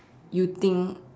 you think